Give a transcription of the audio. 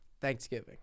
Thanksgiving